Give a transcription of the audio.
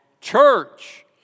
church